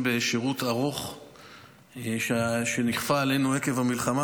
בשירות ארוך שנכפה עלינו עקב המלחמה,